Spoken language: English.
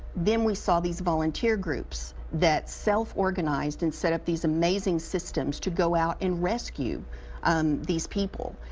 then we saw these volunteer groups that self organized and set up these amazing systems to go out and rescue um these people.